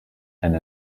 and